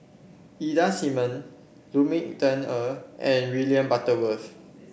Ida Simmons Lu Ming Teh Earl and William Butterworth